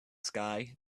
sky